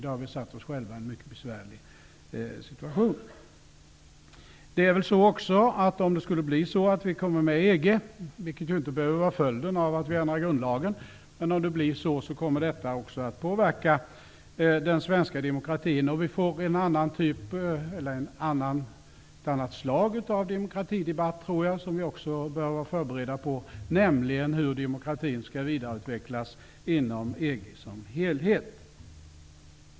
Då har vi satt oss själva i en mycket besvärlig situation. Om Sverige blir medlem i EG, vilket inte behöver vara följden av att grundlagen ändras, kommer detta att påverka den svenska demokratin. Jag tror att vi kommer att få ett annat slag av demokratidebatt som vi också bör vara förberedda på, nämligen hur demokratin skall vidareutvecklas inom EG som helhet.